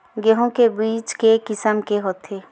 गेहूं के बीज के किसम के होथे?